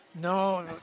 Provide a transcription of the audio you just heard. No